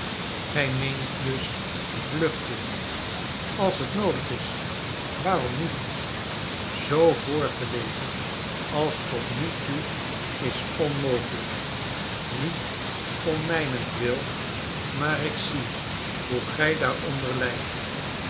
gij meent dus vluchten als het noodig is waarom niet zoo voort te leven als tot nu toe is onmogelijk niet om mijnentwil maar ik zie hoe gij daaronder lijdt